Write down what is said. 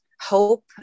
hope